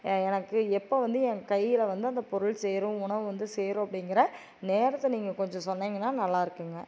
எனக்கு எப்போ வந்து ஏன் கையில் வந்து அந்த பொருள் சேரும் உணவு வந்து சேரும் அப்படிங்கிற நேரத்தை நீங்கள் கொஞ்சம் சொன்னிங்கன்னா நல்லா இருக்குங்க